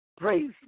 praise